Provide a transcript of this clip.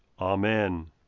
Amen